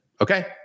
Okay